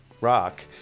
rock